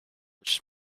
which